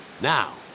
Now